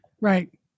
Right